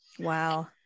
Wow